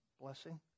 blessing